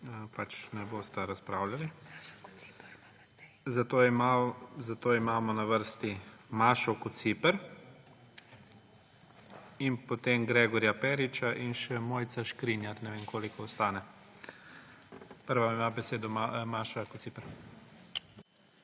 pač ne bosta razpravljali. Zato imamo na vrsti Mašo Kociper in potem Gregorja Periča in še Mojco Škrinjar, ne vem, koliko ostane. Prva ima besedo Maša Kociper.